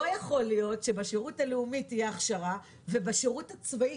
לא יכול להיות שבשירות הלאומי תהיה הכשרה ובשירות הצבאי,